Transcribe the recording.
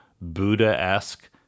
Buddha-esque